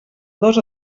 dos